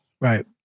Right